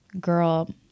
girl